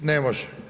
Ne može.